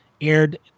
aired